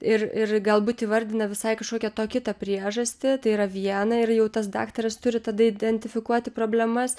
ir ir galbūt įvardina visai kažkokią kitą priežastį tai yra viena ir jau tas daktaras turi tada identifikuoti problemas